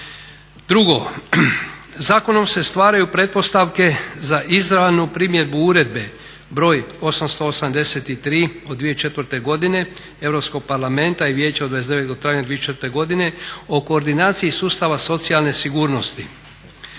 Drugo, zakonom se stvaraju pretpostavke za izravnu primjenu uredbe broj 883/2004. godine Europskog parlamenta i vijeća od 29. travnja 2014. godine o koordinaciji sustava socijalne sigurnosti.